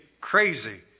crazy